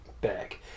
back